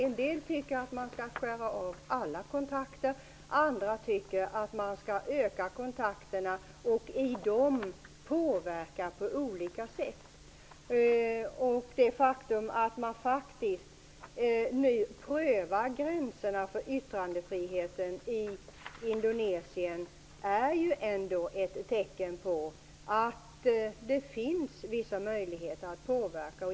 En del tycker att man skall skära av alla kontakter, andra tycker att man skall öka kontakterna och i dem påverka på olika sätt. Det faktum att man nu prövar gränserna för yttrandefriheten i Indonesien är ju ändå ett tecken på att det finns vissa möjligheter att påverka.